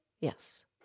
Yes